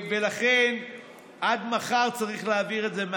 לכן, עד מחר צריך להעביר את זה.